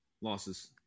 losses